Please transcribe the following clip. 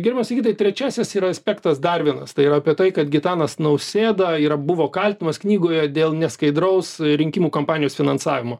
gerbiamas sigitai trečiasis yra aspektas dar vienas tai yra apie tai kad gitanas nausėda yra buvo kaltinamas knygoje dėl neskaidraus rinkimų kampanijos finansavimo